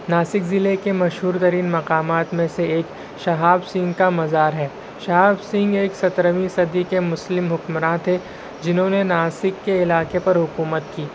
ناسک ضلع کے مشہور ترین مقامات میں سے ایک شہاب سنگھ کا مزار ہے شہاب سنگھ ایک سترہویں صدی کے مسلم حکمراں تھے جنہوں نے ناسک کے علاقے پر حکومت کی